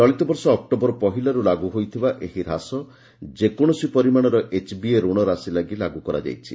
ଚଳିତ ବର୍ଷ ଅକ୍ଟୋବର ପହିଲାରୁ ଲାଗୁ ହୋଇଥିବା ଏହି ହ୍ରାସ ଯେକୌଣସି ପରିମାଣର ଏଚ୍ବିଏ ରଣ ରାଶି ପାଇଁ ଲାଗୁ କରାଯାଇଛି